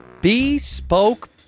Bespoke